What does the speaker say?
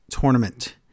tournament